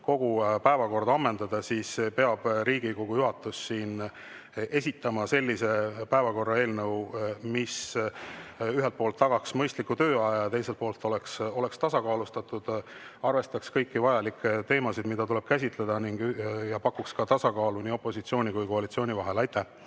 kogu päevakorda ammendada, siis peab Riigikogu juhatus esitama sellise päevakorra, mis ühelt poolt tagaks mõistliku tööaja ja teiselt poolt oleks tasakaalustatud ja arvestaks kõiki vajalikke teemasid, mida tuleb käsitleda, ning pakuks ka tasakaalu opositsiooni ja koalitsiooni vahel. Kalle